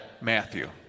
Matthew